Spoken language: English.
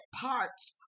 parts